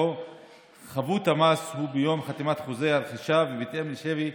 שבו חבות המס היא ביום חתימת חוזה הרכישה ובהתאם לשווי